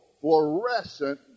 fluorescent